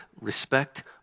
Respect